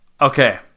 Okay